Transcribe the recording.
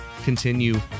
continue